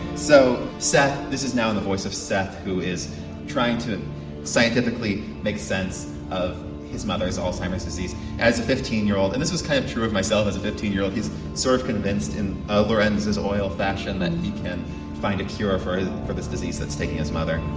so seth, this is now in the voice of seth who is trying to scientifically make sense of his mother's alzheimer's disease as a fifteen year old and this is kind of true as myself as a fifteen year old he's sort of convinced in ah lorenzo's oil fashion find a cure for for this disease that's taking his mother.